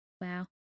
Wow